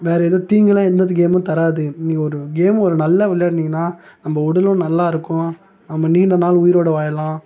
வேற எதுவும் தீங்கெலாம் எந்தெந்த கேம்மு தராது இன்னைக்கு ஒரு கேம்மு ஒரு நல்ல விளையாடுனீங்கனால் நம்ம உடலும் நல்லாருக்கும் நம்ம நீண்டநாள் உயிரோட வாழலாம்